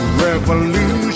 revolution